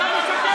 אתה משקר.